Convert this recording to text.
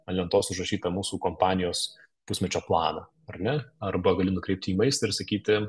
ant lentos užrašytą mūsų kompanijos pusmečio planą ar ne arba gali nukreipti į maistą ir sakyti